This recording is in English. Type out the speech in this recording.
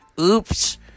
Oops